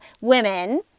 women